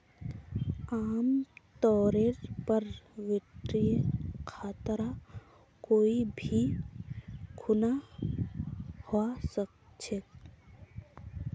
आमतौरेर पर वित्तीय खतरा कोई भी खुना हवा सकछे